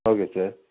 okay sir